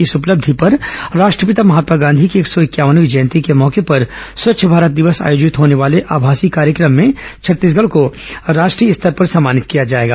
इस उपलब्धि पर राष्ट्रपिता महात्मा गांधी की एक सौ इंक्यानवीं जयंती के मौके पर स्वच्छ भारत दिवस पर आयोजित होने वाले आभासी कार्यक्रम में छत्तीसगढ़ को राष्ट्रीय स्तर पर सम्मानित किया जाएगा